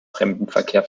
fremdenverkehr